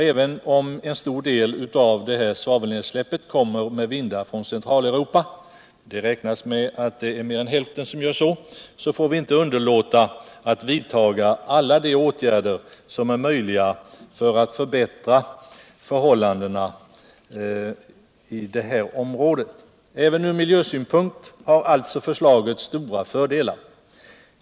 Även om en stor del av svavelnedsläppet kommer med vindar från Centraleuropa — mer än hilften beräknas göra det — får vi inte underlåta att vidta alla de åtgärder som är möjliga för att förbäutra förhållandena i det här området. Även från miljösynpunkt har alltså förslaget stora fördelar.